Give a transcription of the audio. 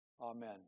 amen